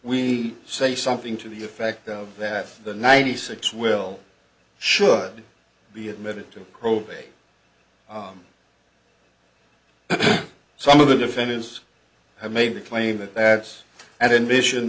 we say something to the effect of that the ninety six will should be admitted to probate and some of the defendants have made the claim that that's and envision